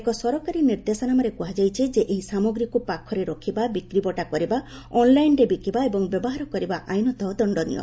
ଏକ ସରକାରୀ ନିର୍ଦ୍ଦେଶନାମାରେ କୁହାଯାଇଛି ଯେ ଏହି ସାମଗ୍ରୀକୁ ପାଖରେ ରଖିବା ବିକ୍ରିବଟା କରିବା ଅନ୍ଲାଇନ୍ରେ ବିକିବା ଏବଂ ବ୍ୟବହାର କରିବା ଆଇନତଃ ଦଶ୍ଚନୀୟ